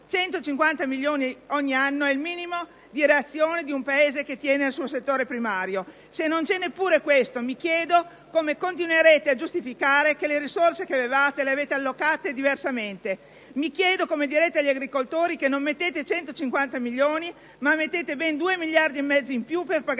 professionalità, è il minimo di reazione di un Paese che tiene al suo settore primario. Se non c'è neppure questo, mi chiedo come continuerete a giustificare che le risorse che avevate le avete allocate diversamente; mi chiedo come direte agli agricoltori che non mettete 150 milioni ma prevedete ben 2 miliardi e mezzo in più per pagare l'ICI ai